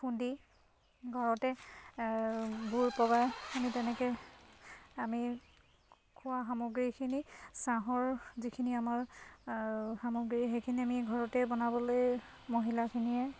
খুন্দি ঘৰতে গুৰ পগাই আমি তেনেকৈ আমি খোৱা সামগ্ৰীখিনি চাহৰ যিখিনি আমাৰ সামগ্ৰী সেইখিনি আমি ঘৰতে বনাবলৈ মহিলাখিনিয়ে